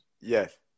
Yes